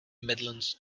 midlands